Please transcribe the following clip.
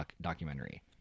documentary